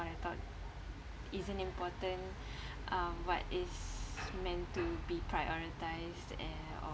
I thought isn't important um what is meant to be prioritize and or